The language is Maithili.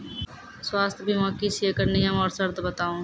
स्वास्थ्य बीमा की छियै? एकरऽ नियम आर सर्त बताऊ?